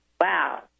Wow